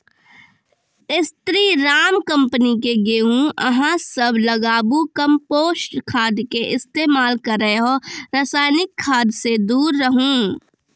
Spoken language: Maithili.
स्री राम कम्पनी के गेहूँ अहाँ सब लगाबु कम्पोस्ट खाद के इस्तेमाल करहो रासायनिक खाद से दूर रहूँ?